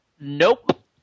Nope